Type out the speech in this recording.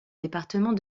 département